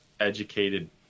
educated